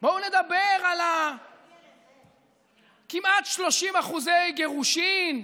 בואו נדבר על כמעט 30% גירושים,